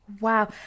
Wow